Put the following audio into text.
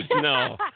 No